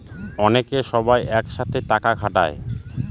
অনেকে সবাই এক সাথে টাকা খাটায়